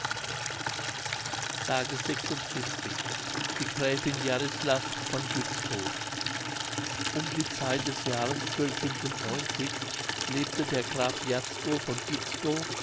s die gräfin jarislav von gützkow um die zeit des jahres lebte der graf jazko von gützkow